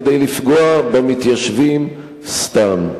כדי לפגוע במתיישבים סתם.